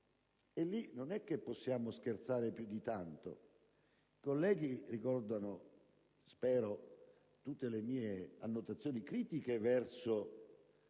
Là non possiamo certo scherzare più di tanto. I colleghi ricordano - spero - tutte le mie annotazioni critiche verso